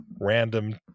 random